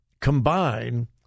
combine